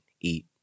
eat